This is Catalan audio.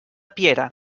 piera